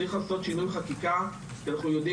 צריך לעשות שינוי חקיקה כי אנחנו יודעים